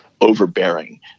overbearing